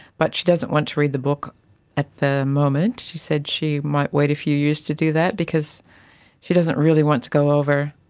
but she doesn't want to read the book at the moment. she said she might wait a few years to do that because she doesn't really want to go over